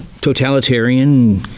totalitarian